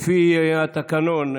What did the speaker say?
לפי התקנון,